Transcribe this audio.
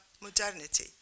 modernity